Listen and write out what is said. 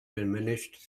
diminished